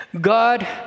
God